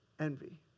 Envy